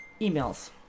emails